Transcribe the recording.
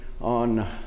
on